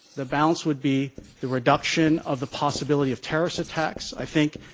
the balance would be the reduction of the possibility of terrorist attacks. i think